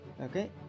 Okay